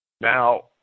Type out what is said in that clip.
Now